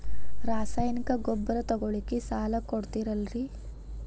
ರಾಸಾಯನಿಕ ಗೊಬ್ಬರ ತಗೊಳ್ಳಿಕ್ಕೆ ಸಾಲ ಕೊಡ್ತೇರಲ್ರೇ?